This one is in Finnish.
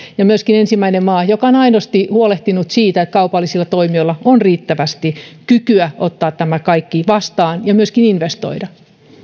ja myöskin ensimmäinen maa joka on aidosti huolehtinut siitä että kaupallisilla toimijoilla on riittävästi kykyä ottaa tämä kaikki vastaan ja myöskin investoida